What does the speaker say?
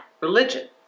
religion